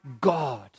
God